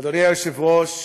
אדוני היושב-ראש,